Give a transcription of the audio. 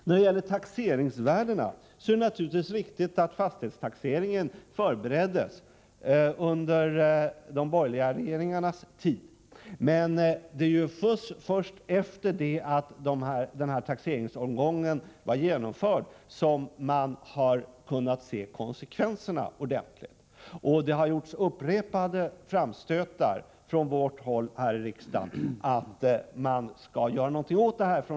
När det gäller taxeringsvärdena är det naturligtvis riktigt att fastighetstaxeringen förbereddes under de borgerliga regeringarnas tid, men det var ju först efter det att denna taxeringsomgång var genomförd som man kunde se konsekvenserna ordentligt. Det har gjorts upprepade framstötar från vårt håll här i riksdagen om att regeringen skall göra någonting åt detta.